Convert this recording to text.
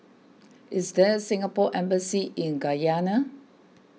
is there a Singapore Embassy in Guyana